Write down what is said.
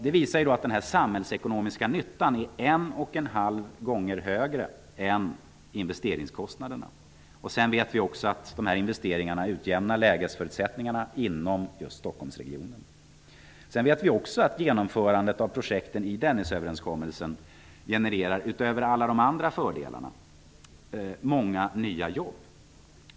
Det visar att den samhällsekonomiska nyttan är en och en halv gånger högre än investeringskostnaderna. Vi vet också att investeringarna utjämnar lägesförutsättningarna inom just Stockholmsregionen. Vi vet också att genomförandet av projekten i Dennisöverenskommelsen genererar, utöver alla de andra fördelarna, även många nya jobb.